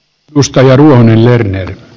arvoisa puhemies